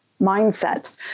mindset